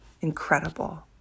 incredible